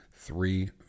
three